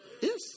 Yes